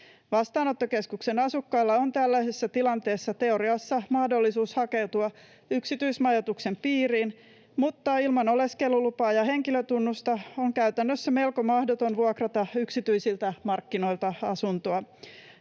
Vastaanottokeskuksen asukkailla on tällaisessa tilanteessa teoriassa mahdollisuus hakeutua yksityismajoituksen piiriin, mutta ilman oleskelulupaa ja henkilötunnusta on käytännössä melko mahdotonta vuokrata asuntoa yksityisiltä markkinoilta.